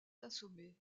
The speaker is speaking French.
assommés